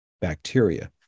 bacteria